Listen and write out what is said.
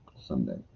someday